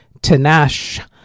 Tanash